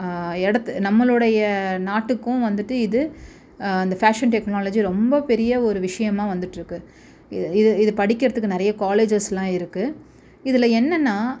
இடத்த நம்மளுடைய நாட்டுக்கும் வந்துட்டு இது இந்த ஃபேஷன் டெக்னாலஜி ரொம்ப பெரிய ஒரு விஷயமா வந்துகிட்ருக்கு இது இது படிக்கிறதுக்கு நிறைய காலேஜஸெல்லாம் இருக்குது இதில் என்னென்னால்